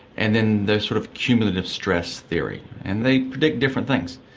and then the sort of cumulative stress theory, and they predict different things.